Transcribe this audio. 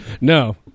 no